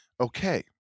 Okay